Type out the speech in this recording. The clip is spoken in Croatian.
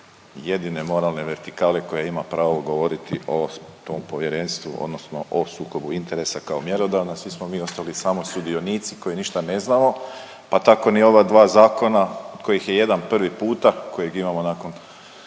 jedine moralne vertikale koja ima pravo govoriti o tom povjerenstvu, odnosno o sukobu interesu kao mjerodavna, svi smo mi ostali samo sudionici koji ništa ne znamo, pa tako ni ova dva zakona kojih je jedan prvi puta, kojeg imamo nakon